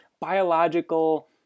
biological